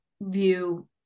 view